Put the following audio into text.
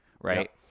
right